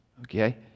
Okay